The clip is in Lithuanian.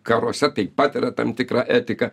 karuose taip pat yra tam tikra etika